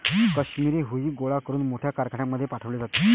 काश्मिरी हुई गोळा करून मोठ्या कारखान्यांमध्ये पाठवले जाते